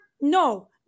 no